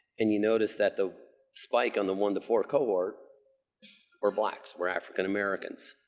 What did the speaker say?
and you notice that the spike on the one to four cohort were blacks, were african americans